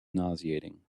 nauseating